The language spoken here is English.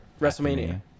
WrestleMania